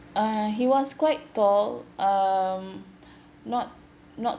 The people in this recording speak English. uh he was quite tall um not not